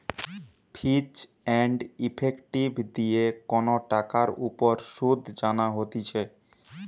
ফিচ and effective দিয়ে কন টাকার উপর শুধ জানা হতিছে